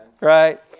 Right